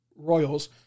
Royals